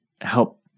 help